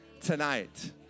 tonight